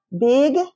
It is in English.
big